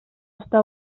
està